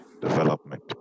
development